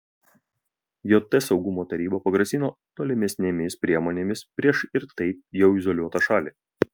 jt saugumo taryba pagrasino tolesnėmis priemonėmis prieš ir taip jau izoliuotą šalį